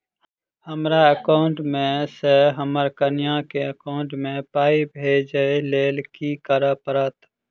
हमरा एकाउंट मे सऽ हम्मर कनिया केँ एकाउंट मै पाई भेजइ लेल की करऽ पड़त?